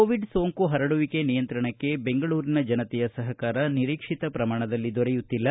Covid ಸೋಂಕು ಪರಡುವಿಕೆ ನಿಯಂತ್ರಣಕ್ಕೆ ಬೆಂಗಳೂರಿನ ಜನತೆಯ ಸಹಕಾರ ನಿರೀಕ್ಷಿತ ಪ್ರಮಾಣದಲ್ಲಿ ದೊರೆಯುತ್ತಿಲ್ಲ